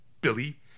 Billy